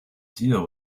deal